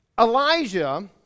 Elijah